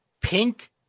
pink